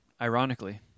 ironically